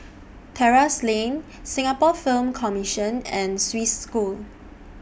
Terrasse Lane Singapore Film Commission and Swiss School